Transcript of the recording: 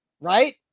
right